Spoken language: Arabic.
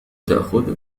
تأخذ